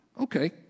Okay